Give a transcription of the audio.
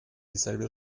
dieselbe